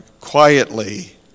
quietly